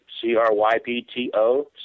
C-R-Y-P-T-O